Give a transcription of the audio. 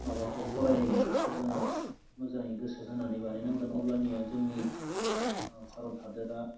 माबाखौ फरायनाय बिबांखौ जोङो मोजाङै गोसो होनानै बानाय नांगोन अब्लानिया जोंनि ओ भारत हादोरा